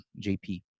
JP